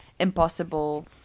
impossible